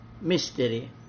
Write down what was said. mystery